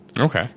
Okay